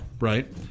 right